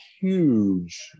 huge